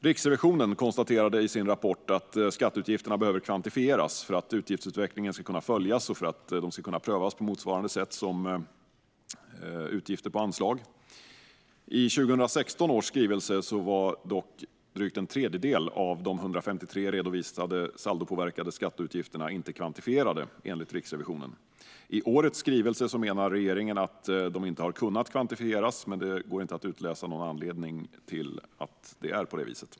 Riksrevisionen konstaterade i sin rapport att skatteutgifterna behöver kvantifieras för att utgiftsutvecklingen ska kunna följas och för att de ska kunna prövas på motsvarande sätt som utgifter på anslag. I 2016 års skrivelse var dock drygt en tredjedel av de 153 redovisade saldopåverkade skatteutgifterna inte kvantifierade, enligt Riksrevisionen. I årets skrivelse menar regeringen att de inte har kunnat kvantifieras, men det går inte att utläsa någon anledning till att det är så.